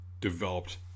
developed